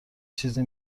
چیزی